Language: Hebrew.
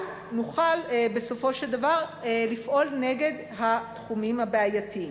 גם נוכל בסופו של דבר לפעול נגד התחומים הבעייתיים.